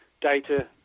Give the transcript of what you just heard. data